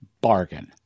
bargain